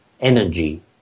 energy